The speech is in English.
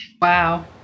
Wow